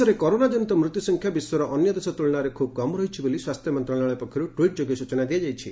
ଦେଶରେ କରୋନାଜନିତ ମୃତ୍ୟୁସଂଖ୍ୟା ବିଶ୍ୱର ଅନ୍ୟ ଦେଶ ତ୍କଳନାରେ ଖୁବ୍ କମ୍ ରହିଛି ବୋଲି ସ୍ୱାସ୍ଥ୍ୟ ମନ୍ତ୍ରଣାଳୟ ପକ୍ଷରୁ ଟ୍ୱିଟ୍ ଯୋଗେ ସ୍ଟଚନା ଦିଆଯାଇଛି